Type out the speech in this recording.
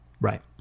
Right